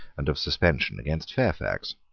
and of suspension against fairfax.